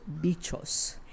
Bichos